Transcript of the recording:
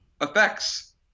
effects